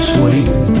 Swing